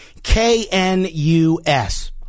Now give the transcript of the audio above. KNUS